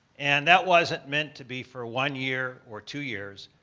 and that wasn't meant to be for one year or two years.